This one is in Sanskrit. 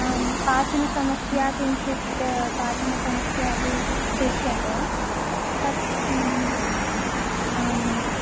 आम् पाचनसमस्या किञ्चित् पाचनसमस्या अपि दृश्यते तत् आम्